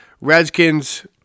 Redskins